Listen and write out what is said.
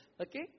Okay